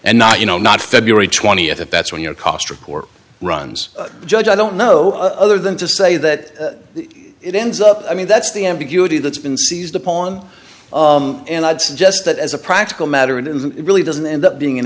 and not you know not february th if that's when your cost record runs judge i don't know other than to say that it ends up i mean that's the ambiguity that's been seized upon and i'd suggest that as a practical matter it really doesn't end up being an